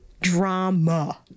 drama